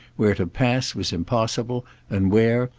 where to pass was impossible and where,